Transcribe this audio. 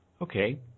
Okay